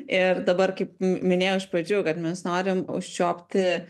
ir dabar kaip minėjau iš pradžių kad mes norim užčiuopti